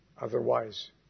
Otherwise